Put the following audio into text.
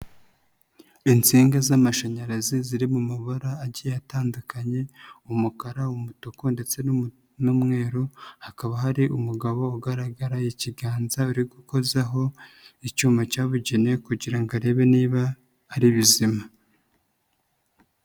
Insinga z'amashanyarazi ziri mu mabara agiye atandukanye, umukara, umutuku ndetse n'umweru, hakaba hari umugabo ugaragara ikiganza, uri gukozaho icyuma cyabugenewe kugira ngo arebe niba ari bizima.